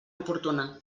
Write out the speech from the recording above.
oportuna